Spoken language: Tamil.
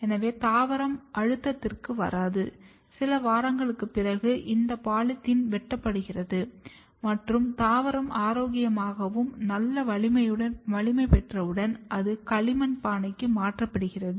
எனவே தாவரம் அழுத்தத்திற்கு வராது சில வாரங்களுக்குப் பிறகு இந்த பாலிதீன் வெட்டப்படுகிறது மற்றும் தாவரம் ஆரோக்கியமாகவும் நல்ல வலிமையும் பெற்றவுடன் அது களிமண் பானைக்கு மாற்றப்படுகிறது